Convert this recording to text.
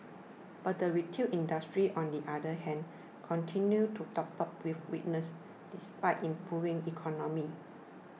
but the retail industry on the other hand continues to grapple with weakness despite improving economy